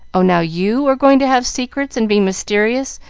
oh, now you are going to have secrets and be mysterious,